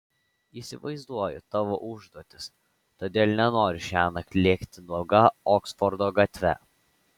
įsivaizduoju tavo užduotis todėl nenoriu šiąnakt lėkti nuoga oksfordo gatve